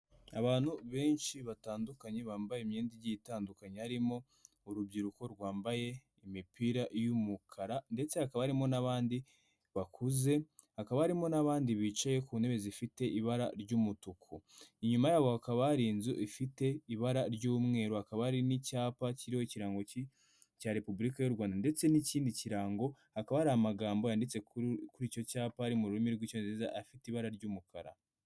Abantu benshi batandukanye bambaye imyenda igiye itandukanye harimo urubyiruko rwambaye imipira y'umukara ndetse hakaba harimo n'abandi bakuze hakaba harimo n'abandi bicaye ku ntebe zifite ibara ry'umutuku inyuma yabo hakaba hari inzu ifite ibara ry'umweru akaba ari n'icyapa kiriho ikirango cya repubulika y'u Rwanda ndetse n'ikindi kirango hakaba hari amagambo yanditse kuri icyo cyapa ari mu rurimi rw'icyongereza afite ibara ry'umukara.